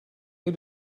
ate